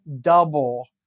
double